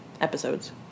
episodes